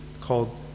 called